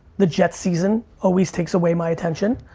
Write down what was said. the jets season always takes away my attention,